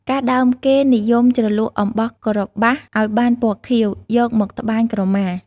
កាលដើមគេ និយមជ្រលក់អំបោះក្របាសឱ្យបានពណ៌ខៀវ យកមកត្បាញក្រមា។